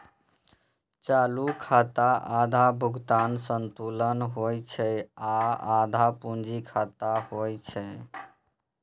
चालू खाता आधा भुगतान संतुलन होइ छै आ आधा पूंजी खाता होइ छै